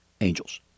angels